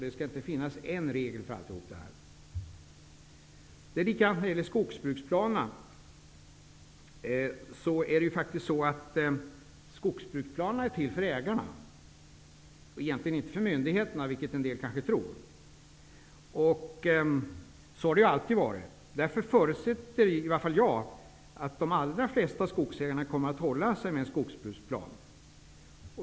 Det finns inte bara en regel för det. Det är likadant med skogsbruksplanerna. De är till för ägarna och inte för myndigheterna vilket somliga kanske tror. Så har det alltid varit. Därför förutsätter i varje fall jag att de allra flesta skogsägare kommer att hålla sig med en skogsbruksplan.